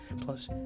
Plus